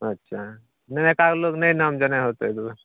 अच्छा नहि एक आध लोक नहि नाम जनै होतै दू